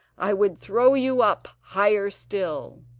i would throw you up higher still